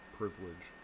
privilege